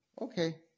Okay